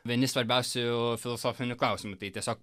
vieni svarbiausių filosofinių klausimų tai tiesiog